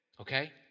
Okay